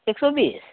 एकस' बिस